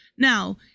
Now